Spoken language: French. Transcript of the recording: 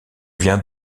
viens